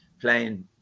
playing